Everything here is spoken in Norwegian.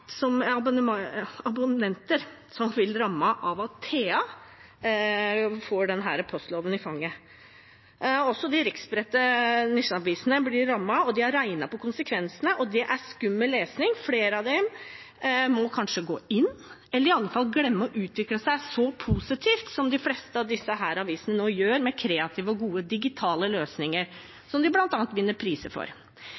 Der vil tusen abonnenter bli rammet av at TA får denne postloven i fanget. Også de riksspredte nisjeavisene blir rammet. De har regnet på konsekvensene, og det er skummel lesning. Flere av dem vil kanskje gå inn, eller må i alle fall glemme å utvikle seg så positivt som de fleste av disse avisene nå gjør, med kreative og gode digitale løsninger